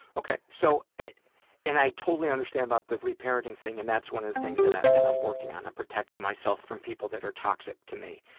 okay, so and i totally understand about the re-parenting thing. and that's one of the things that ah that i'm working on. and protecting myself from people that are toxic to me.